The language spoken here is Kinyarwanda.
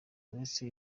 uretse